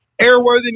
Airworthiness